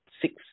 six